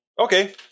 okay